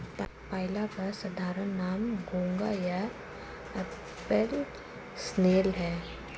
पाइला का साधारण नाम घोंघा या एप्पल स्नेल है